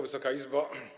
Wysoka Izbo!